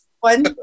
One